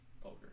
poker